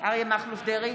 אריה מכלוף דרעי,